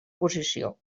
posició